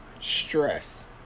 stress